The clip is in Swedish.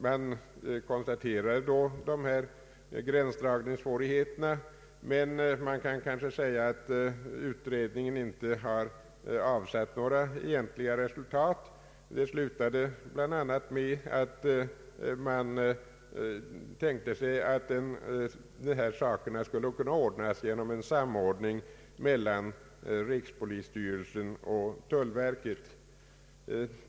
Man konstaterade då dessa gränsdragningssvårigheter, men man kan kanske säga att utredningen inte har avsatt några egentliga resultat. Utredningen tänkte sig att dessa saker skulle kunna ordnas genom en samordning mellan rikspolisstyrelsen och tullverket.